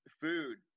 food